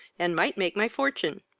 and might make my fortune?